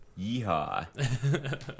yeehaw